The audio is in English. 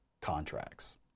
contracts